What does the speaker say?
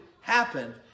happen